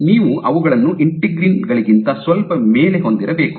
ನೀವು ಅವುಗಳನ್ನು ಇಂಟಿಗ್ರಿನ್ ಗಳಿಗಿಂತ ಸ್ವಲ್ಪ ಮೇಲೆ ಹೊಂದಿರಬೇಕು